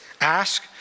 ask